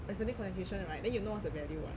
concentration right then you know what's the value [what]